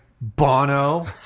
Bono